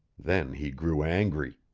then he grew angry.